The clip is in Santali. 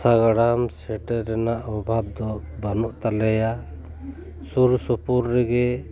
ᱥᱟᱜᱽᱲᱟᱢ ᱥᱮᱴᱮᱨ ᱨᱮᱱᱟᱜ ᱚᱵᱷᱟᱵᱽ ᱫᱚ ᱵᱟᱹᱱᱩᱜ ᱛᱟᱞᱮᱭᱟ ᱥᱩᱨ ᱥᱩᱯᱩᱨ ᱨᱮᱜᱮ